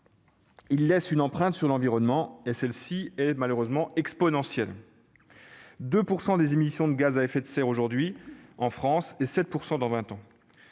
Il laisse une empreinte sur l'environnement et celle-ci est malheureusement exponentielle : 2 % des émissions de gaz à effets de serre aujourd'hui en France, et 7 % dans vingt ans.